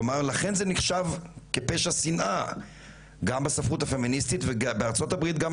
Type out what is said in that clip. כלומר לכן זה נחשב כפשע שינאה גם בספרות הפמיניסטית ובארצות הברית גם